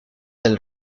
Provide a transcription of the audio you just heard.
del